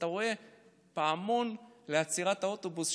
אתה רואה פעמון לעצירת האוטובוס,